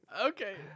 Okay